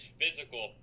physical